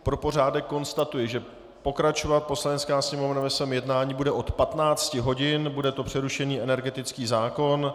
Pro pořádek konstatuji, že pokračovat Poslanecká sněmovna ve svém jednání bude od 15 hodin, bude to přerušený energetický zákon.